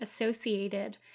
associated